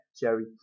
Jerry